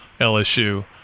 LSU